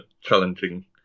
challenging